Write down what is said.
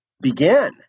begin